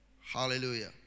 Hallelujah